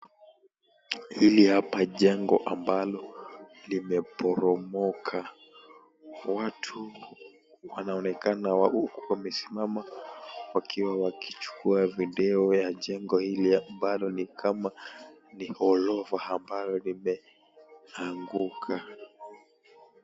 Hili hapa jengo ambalo limeporomoka. Watu wanaonekana wamesimama wakiwa wakichukua video ya jengo hili ambalo ni kama ni all over ambalo limeanguka.